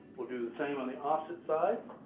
we'll do the same on the opposite side